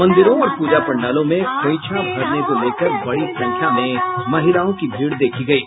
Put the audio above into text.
मंदिरों और पूजा पंडालों में खोइंछा भरने को लेकर बड़ी संख्या में महिलाओं की भीड़ देखी गयी